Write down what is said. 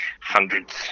hundreds